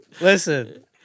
Listen